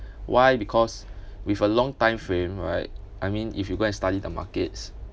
why because with a long time frame right I mean if you go and study the markets